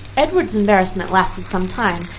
edward's embarrassment lasted some time,